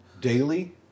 Daily